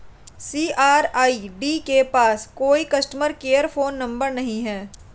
CRED के पास कोई कस्टमर केयर फोन नंबर नहीं है